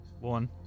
One